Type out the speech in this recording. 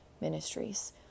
Ministries